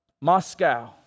Moscow